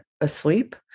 asleep